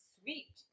Sweet